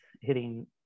hitting